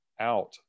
out